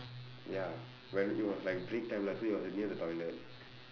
ya when it was like breaktime lah so he was like near the toilet